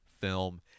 film